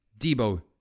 Debo